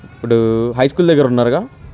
ఇప్పుడు high school దగ్గర ఉన్నారుగా